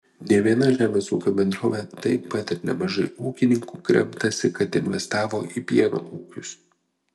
ne viena žemės ūkio bendrovė taip pat ir nemažai ūkininkų kremtasi kad investavo į pieno ūkius